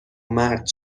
مرد